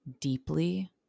deeply